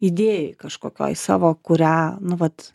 idėjoj kažkokioj savo kurią nu vat